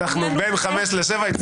בין חמש שנים לשבע שנים,